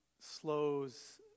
slows